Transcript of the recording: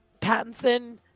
Pattinson